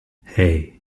hey